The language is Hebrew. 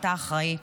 אתה אחראי.